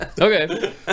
Okay